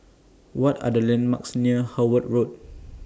What Are The landmarks near Howard Road